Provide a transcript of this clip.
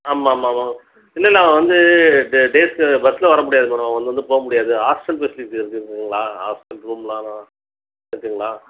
ஆமாம் ஆமாம் மேம் இல்லைல்ல அவன் வந்து டே டேஸுக்கு பஸ்ஸில் வரமுடியாது மேடம் அவன் வந்து வந்து போகமுடியாது ஹாஸ்டல் ஃபெசிலிட்டிஸ் இருக்குதுங்களா ஹாஸ்டல் ரூம்லாம் ஆனால் இருக்குதுங்களா